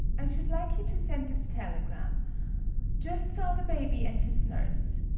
i should like you to send this telegram just saw the baby and his nurse.